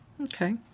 Okay